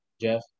Jeff